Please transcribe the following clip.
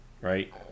right